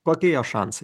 kokie jo šansai